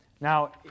Now